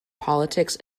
politics